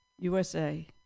USA